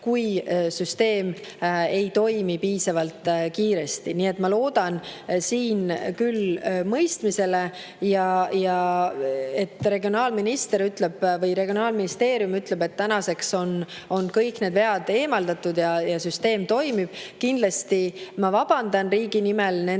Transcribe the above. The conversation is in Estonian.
kui süsteem ei toimi piisavalt kiiresti. Nii et ma loodan siin küll mõistmisele. Regionaalministeerium ütleb, et tänaseks on kõik need vead eemaldatud ja süsteem toimib. Kindlasti ma vabandan riigi nimel nende